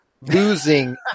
losing